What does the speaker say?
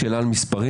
שאלה על מספרים,